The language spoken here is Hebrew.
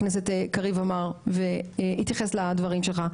מבחינתנו זה בסדר גמור שיהיה שר, שימשיך להיות שר.